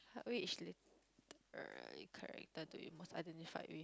which literary character do you most identify with